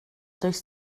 does